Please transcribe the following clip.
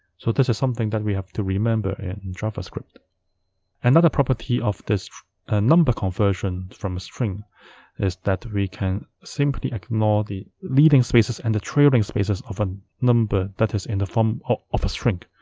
so this is something that we have to remember in javascript another property of this ah number number conversion from a string is that, we can simply ignore the leading spaces and the trailing spaces of a number that is in the form ah of a string.